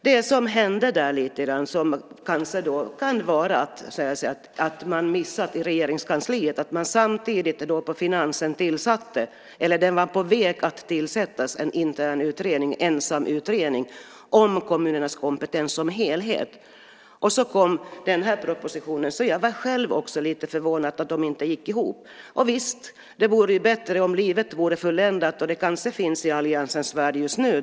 Det som hände och som kanske kan vara en miss i Regeringskansliet är att man samtidigt på finansen var på väg att tillsätta en intern utredning, ensamutredning, om kommunernas kompetens som helhet. Så kom den här propositionen. Jag var själv lite förvånad, det gick inte ihop. Javisst, det vore bättre om livet vore fulländat, och det kanske är så i alliansens värld just nu.